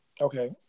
okay